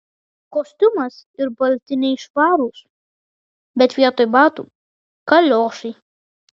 kostiumas ir baltiniai švarūs bet vietoj batų kaliošai